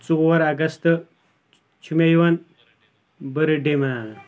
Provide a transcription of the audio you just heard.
ژور اَگست چھُ مےٚ یِوان بٔردڈے مَناونہٕ